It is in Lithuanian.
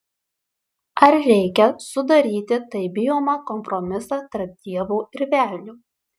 ar reikia sudaryti taip bijomą kompromisą tarp dievo ir velnio